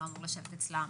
לא אמור לשבת אצלם.